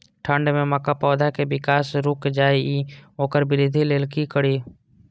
ठंढ में मक्का पौधा के विकास रूक जाय इ वोकर वृद्धि लेल कि करी?